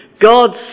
God's